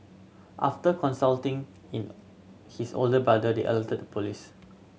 after consulting in his older brother they alerted the police